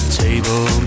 table